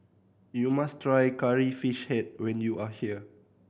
you must try Curry Fish Head when you are here